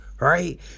Right